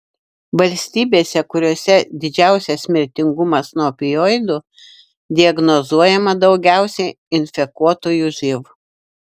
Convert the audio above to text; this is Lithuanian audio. valstybėse kuriose didžiausias mirtingumas nuo opioidų diagnozuojama daugiausiai infekuotųjų živ